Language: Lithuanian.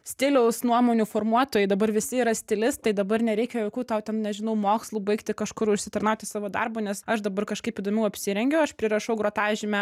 stiliaus nuomonių formuotojai dabar visi yra stilistai dabar nereikia jokių tau ten nežinau mokslų baigti kažkur užsitarnauti savo darbu nes aš dabar kažkaip įdomiau apsirengiu aš prirašau grotažymę